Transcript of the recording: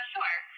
Sure